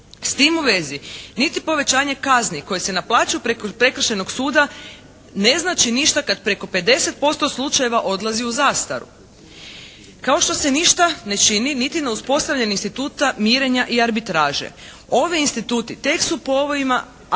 S tim u vezi, niti povećanje kazni koje se naplaćuje preko Prekršajnog suda ne znači ništa kad preko 50% slučajeva odlazi u zastaru. Kao što se ništa ne čini niti na uspostavljanju instituta mirenja i arbitraže. Ovi instituti tek su u povojima, a na